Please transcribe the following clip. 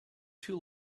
too